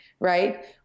right